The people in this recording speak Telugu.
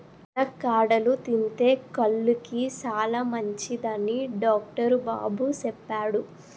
ములక్కాడలు తింతే కళ్ళుకి సాలమంచిదని డాక్టరు బాబు సెప్పాడు